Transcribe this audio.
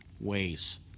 ways